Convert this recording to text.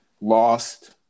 lost